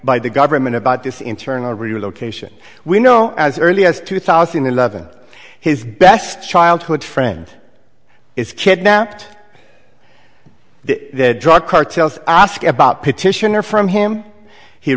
by the government about this internal relocation we know as early as two thousand and eleven his best childhood friend is kidnapped the drug cartels ask about petitioner from him he